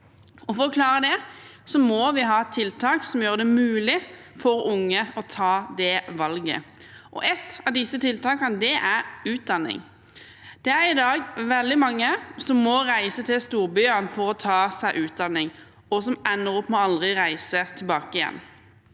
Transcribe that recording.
For å klare det må vi ha tiltak som gjør det mulig for unge å ta det valget, og et av disse tiltakene er utdanning. Det er i dag veldig mange som må reise til storbyene for å ta seg utdanning, og som ender opp med aldri å reise tilbake igjen.